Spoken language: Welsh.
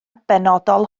benodol